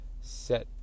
set